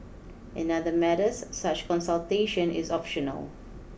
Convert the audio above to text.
in other matters such consultation is optional